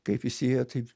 kaip jis įėjo taip